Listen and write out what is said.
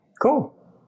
Cool